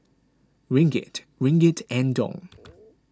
Ringgit Ringgit and Dong